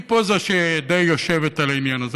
זו פוזה שדי יושבת על העניין הזה.